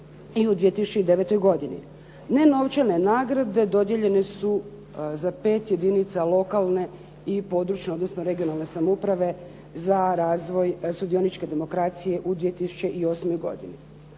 i u 2009. godini. Nenovčane nagrade dodijeljene su za pet jedinica lokalne i područne odnosno regionalne samouprave za razvoj sudioničke demokracije u 2008. godini.